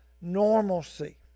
normalcy